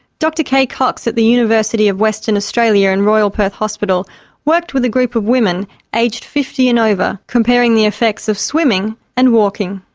dr kay cox at the university of western australia and royal perth hospital worked with a group of women aged fifty and over comparing the effects of swimming and walking.